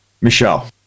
Michelle